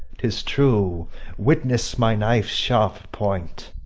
tis true witness my knife's sharp point.